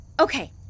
Okay